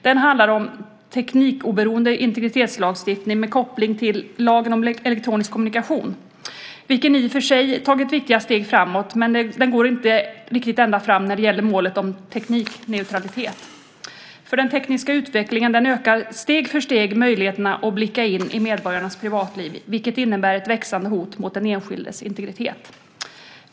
Den handlar om teknikoberoende integritetslagstiftning med koppling till lagen om elektronisk kommunikation, vilken i och för sig har tagit viktiga steg framåt, men den går inte riktigt ända fram när det gäller målet om teknikneutralitet. Den tekniska utvecklingen ökar steg för steg möjligheterna att blicka in i medborgarnas privatliv, vilket innebär ett växande hot mot den enskildes integritet.